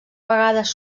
vegades